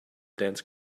dense